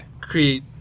create